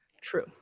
True